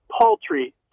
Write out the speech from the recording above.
paltry